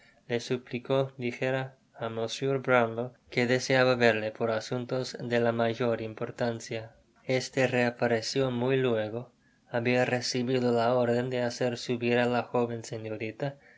le suplicó dijera á mr brownlow que deseaba verle por asuntos de la mayor importancia este reapareció muy luego habia recibido la orden de hacer subir á la joven señorita